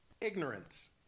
Ignorance